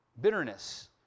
Bitterness